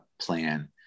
plan